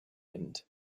wind